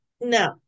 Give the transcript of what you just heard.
No